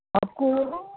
آپ کو